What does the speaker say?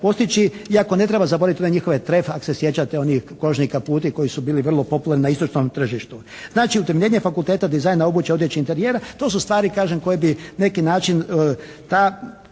postići. Iako ne treba zaboraviti one njihove tref, ako se sjećati oni kožni kaputi koji su bili vrlo popularni na istočnom tržištu. Znači utemeljenje Fakulteta dizajna, obuće, odjeće i interijera. To su stvari kažem koji bi na neki način ta,